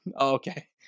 Okay